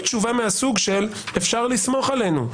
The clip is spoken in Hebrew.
תשובה מהסוג של: אפשר לסמוך עלינו.